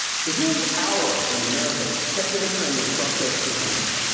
so here's our, in america, secular trend in fructose consumption.